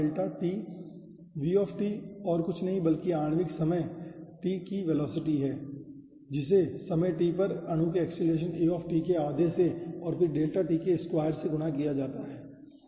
v और कुछ नहीं बल्कि आणविक समय t की वेलोसिटी है जिसे समय t पर अणु के एक्सेलरेशन a के आधे से और फिर डेल्टा t के स्क्वायर से गुणा किया जाता है